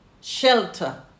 shelter